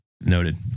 noted